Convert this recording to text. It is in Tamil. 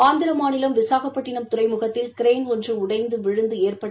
ஆந்திர மாநிலம் விசாகப்பட்டினம் துறைமுகத்தில் கிரேன் ஒன்று உடைந்து விழுந்து ஏற்பட்ட